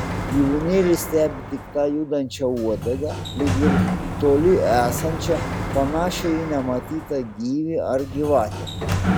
gyvūnėlis stebi tik tą judančią uodegą lyg ir toli esančią panašią į nematytą gyvį ar gyvatę